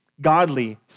godly